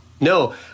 No